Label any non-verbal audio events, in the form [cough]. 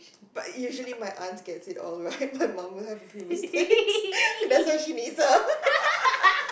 but usually my aunts gets it all right my mum will have a few mistakes [laughs] that's why she needs her [laughs]